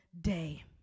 day